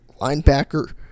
linebacker